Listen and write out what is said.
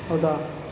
ಹೌದಾ